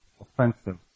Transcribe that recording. offensive